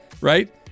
Right